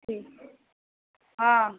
ठीक हँ